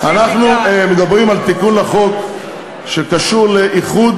אנחנו מדברים על תיקון לחוק שקשור לאיחוד